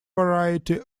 variety